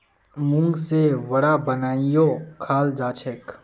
मूंग से वड़ा बनएयों खाल जाछेक